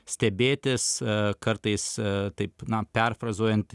stebėtis kartais taip na perfrazuojant